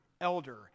elder